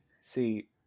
See